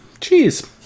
Cheese